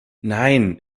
nein